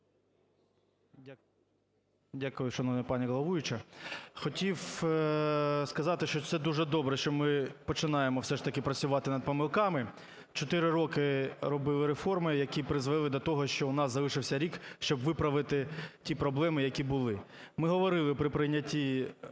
Дякую, шановна пані головуюча. Хотів сказати, що це дуже добре, що ми починаємо все ж таки працювати над помилками. 4 роки робили реформи, які призвели до того, що у нас залишився рік, щоб виправити ті проблеми, які були. Ми говорили при прийнятті